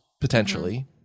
potentially